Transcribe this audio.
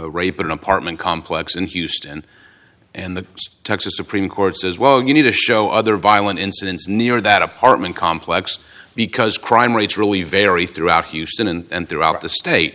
rape an apartment complex in houston and the texas supreme court says well you need to show other violent incidents near that apartment complex because crime rates really vary throughout houston and throughout the state